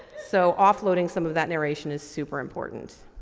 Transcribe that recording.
so, offloading some of that narration is super important.